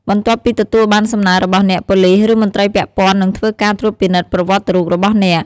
បន្ទាប់ពីទទួលបានសំណើរបស់អ្នក ប៉ូលីស ឬមន្ត្រីពាក់ព័ន្ធ នឹងធ្វើការត្រួតពិនិត្យប្រវត្តិរូបរបស់អ្នក។